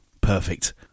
Perfect